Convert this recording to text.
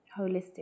holistic